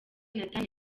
nathan